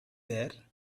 there